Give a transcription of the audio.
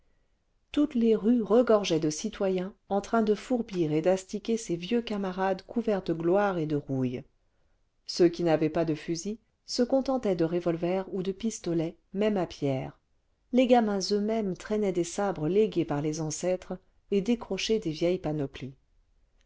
toutes les rues regorgeaient de citoyens en train de fourbir et d'astiquer ces vieux camarades couverts de gloire et de rouille ceux qui n'avaient pas de fusils se contentaient de revolvers ou de pistolets même à pierre les gamins eux-mêmes traînaient des sabres légués par les ancêtres et décrochés des vieilles panoplies